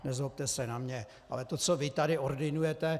Nezlobte se na mě, ale to, co vy tady ordinujete...